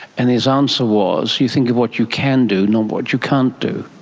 and his answer was, you think of what you can do, not what you can't do.